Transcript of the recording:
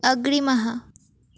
अग्रिमः